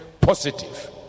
positive